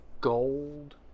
gold